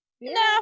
no